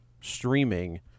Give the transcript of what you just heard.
streaming